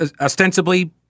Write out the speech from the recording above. ostensibly